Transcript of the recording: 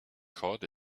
cod